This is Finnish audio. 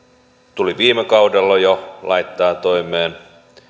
tuli jo viime kaudella laittaa toimeen